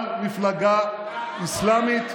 על מפלגה אסלאמית,